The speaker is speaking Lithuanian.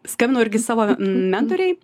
skambinu irgi savo mentorei